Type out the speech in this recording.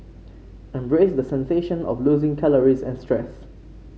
embrace the sensation of losing calories and stress